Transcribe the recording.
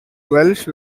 welsh